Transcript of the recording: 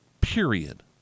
period